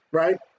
right